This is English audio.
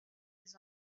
his